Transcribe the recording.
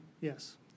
Yes